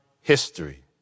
history